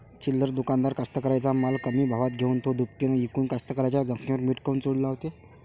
चिल्लर दुकानदार कास्तकाराइच्या माल कमी भावात घेऊन थो दुपटीनं इकून कास्तकाराइच्या जखमेवर मीठ काऊन लावते?